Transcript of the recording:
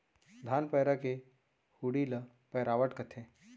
धान पैरा के हुंडी ल पैरावट कथें